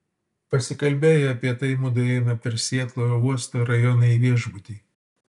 pasikalbėję apie tai mudu ėjome per sietlo uosto rajoną į viešbutį